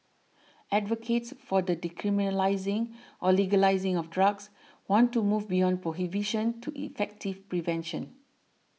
advocates for the decriminalising or legalising of drugs want to move beyond prohibition to effective prevention